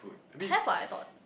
have what I thought